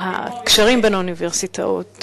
הקשרים בין האוניברסיטאות,